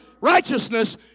righteousness